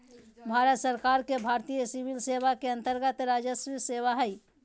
भारत सरकार के भारतीय सिविल सेवा के अन्तर्गत्त राजस्व सेवा हइ